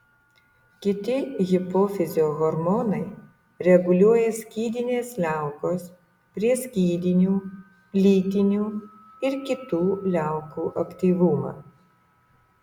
kiti hipofizio hormonai reguliuoja skydinės liaukos prieskydinių lytinių ir kitų liaukų aktyvumą